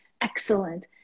excellent